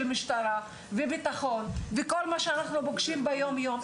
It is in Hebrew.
משטרה וביטחון וכל מה שאנחנו פוגשים ביום-יום.